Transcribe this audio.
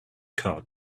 card